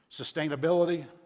Sustainability